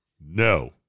No